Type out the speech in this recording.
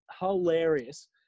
hilarious